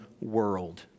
world